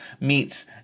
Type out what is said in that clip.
meets